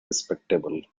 respectable